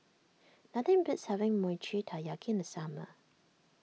nothing beats having Mochi Taiyaki in the summer